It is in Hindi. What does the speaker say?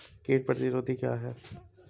कीट प्रतिरोधी क्या है?